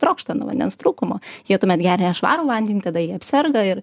trokšta nuo vandens trūkumo jie tuomet geria nešvarų vandenį tada jie serga ir